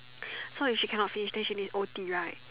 so if she can not finish then she need O_T right